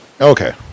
Okay